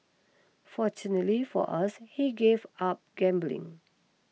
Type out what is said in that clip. fortunately for us he gave up gambling